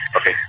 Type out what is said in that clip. Okay